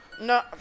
No